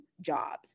jobs